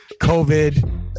COVID